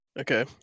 Okay